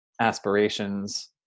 aspirations